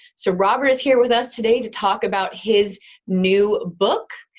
so robert is here with us today to talk about his new book.